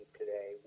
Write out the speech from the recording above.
today